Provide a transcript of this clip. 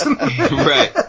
Right